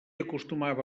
acostumava